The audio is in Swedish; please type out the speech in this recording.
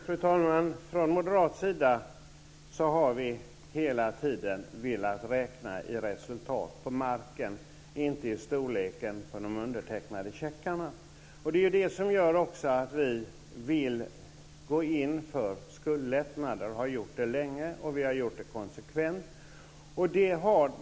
Fru talman! Från moderat sida har vi hela tiden velat räkna i resultat på marken, inte i storlek på undertecknade checkar. Det är detta som gör att vi vill gå in för skuldlättnader, och det har vi länge och konsekvent gjort.